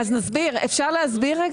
אפשר להסביר,